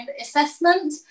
assessment